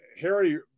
Harry